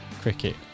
cricket